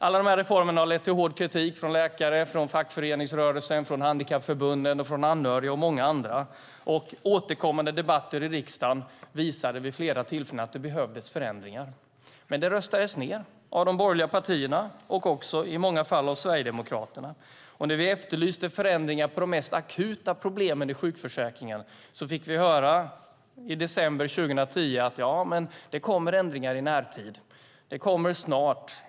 Alla de här reformerna har lett till hård kritik från läkare, från fackföreningsrörelsen, från handikappförbunden, från anhöriga och från många andra. Återkommande debatter i riksdagen visade vid flera tillfällen att det behövdes förändringar. Men det röstades ned av de borgerliga partierna och i många fall också av Sverigedemokraterna. När vi efterlyste förändringar av de mest akuta problemen i sjukförsäkringen fick vi i december 2010 höra att det kommer ändringar i närtid. Det kommer snart.